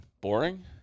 Boring